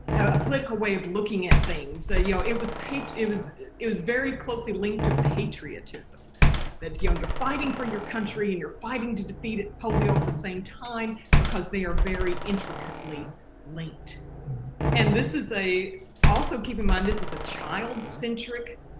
a political way of looking at things ah you know it was paid it was it was very closely linked to patriotism but younger fighting for your country and your fighting to defeat it polio at the same time because they are very intricately linked and this is a also keep in mind this is a child centric